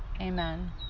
amen